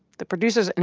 the producers, and